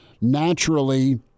naturally